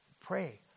pray